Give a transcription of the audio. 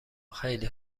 خیلی